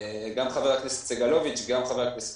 גם חבר הכנסת סגלוביץ' וגם חבר הכנסת